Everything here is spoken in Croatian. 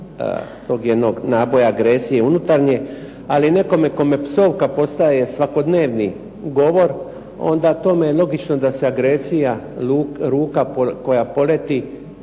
taj jedan višak naboja, agresije unutarnje. Ali nekome kome psovka postaje svakodnevni govor onda tome logično da se agresija, ruka koja poleti